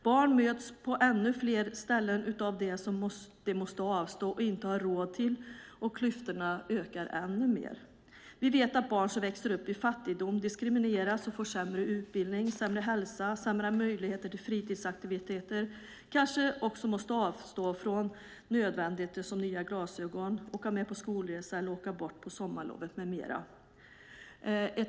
Barn möts på ännu fler ställen av det som de måste avstå från och inte har råd till, och klyftorna ökar ännu mer. Vi vet att barn som växer upp i fattigdom diskrimineras och får sämre utbildning, sämre hälsa, sämre möjligheter till fritidsaktiviteter och måste kanske avstå från nödvändiga saker som nya glasögon och kanske från att åka med på skolresa eller åka bort på sommarlovet med mera.